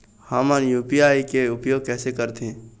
हमन यू.पी.आई के उपयोग कैसे करथें?